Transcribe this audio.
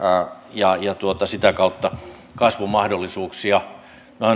ja sitä kautta kasvun mahdollisuuksia minä